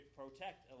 protect